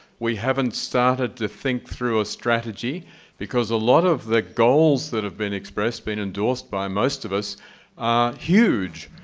we haven't started to think through our ah strategy because a lot of the goals that have been expressed, been endorsed by most of us are huge.